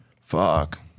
Fuck